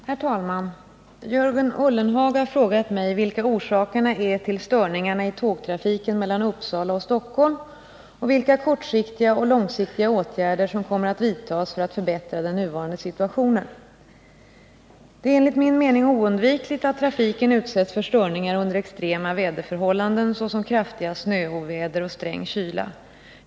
Herr talman! Jörgen Ullenhag har frågat mig vilka orsakerna är till störningarna i tågtrafiken mellan Uppsala och Stockholm och vilka kortsiktiga och långsiktiga åtgärder som kommer att vidtas för att förbättra den nuvarande situationen. Det är enligt min mening oundvikligt att trafiken utsätts för störningar under extrema väderförhållanden såsom kraftiga snöoväder och sträng kyla.